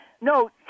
No